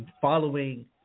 following